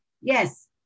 Yes